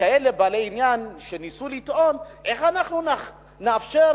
ובעלי עניין ניסו לטעון: איך אנחנו נאפשר